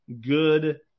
good